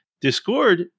Discord